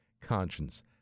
conscience